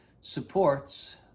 supports